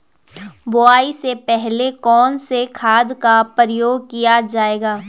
बुआई से पहले कौन से खाद का प्रयोग किया जायेगा?